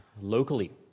locally